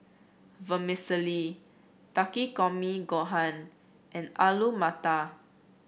Vermicelli Takikomi Gohan and Alu Matar